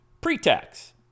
pre-tax